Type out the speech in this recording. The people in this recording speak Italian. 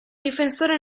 difensore